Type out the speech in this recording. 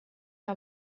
que